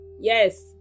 yes